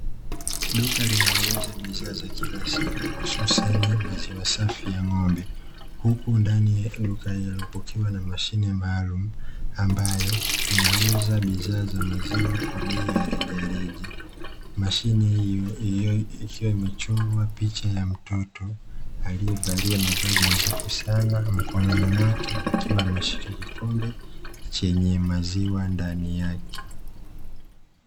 Duka linalouza bidhaa za kila siku, hususani maziwa safi ya ng'ombe, huku ndani ya duka hilo kukiwa na mashine maalumu ambayo inauza bidhaa za maziwa kwa bei ya rejareja. Mashine hii ikiwa imechorwa picha ya mtoto aliyevalia mavazi nadhifu sana, mkononi mwake akiwa ameshika kikombe chenye maziwa ndani yake.